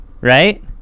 Right